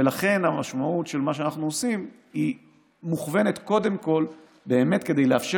ולכן המשמעות של מה שאנחנו עושים מוכוונת קודם כול באמת לאפשר